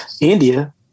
India